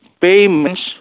payments